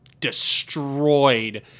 destroyed